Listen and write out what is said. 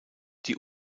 die